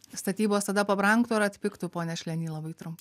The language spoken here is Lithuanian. statybos tada pabrangtų ar atpigtų pone šlenį labai trumpai